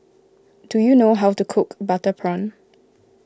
do you know how to cook Butter Prawn